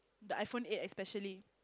the iPhone eight especially